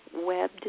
web